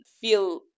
feel